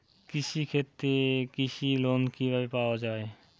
কৃষি ক্ষেত্রে কৃষি লোন কিভাবে পাওয়া য়ায়?